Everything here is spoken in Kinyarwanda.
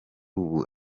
ubu